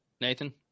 nathan